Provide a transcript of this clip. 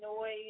noise